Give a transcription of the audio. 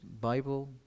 Bible